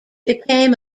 became